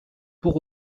pour